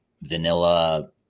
vanilla